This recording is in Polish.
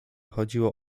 chodziło